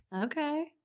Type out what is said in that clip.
Okay